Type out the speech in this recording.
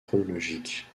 chronologique